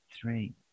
three